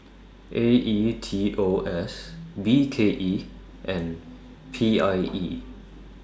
A E T O S B K E and P I E